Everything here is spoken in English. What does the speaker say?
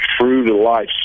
true-to-life